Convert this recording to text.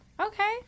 Okay